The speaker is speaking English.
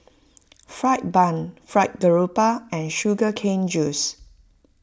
Fried Bun Fried Garoupa and Sugar Cane Juice